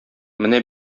менә